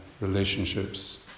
relationships